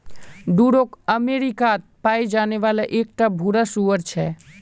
Duroc अमेरिकात पाया जाने वाला एक टा भूरा सूअर छे